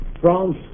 France